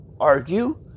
argue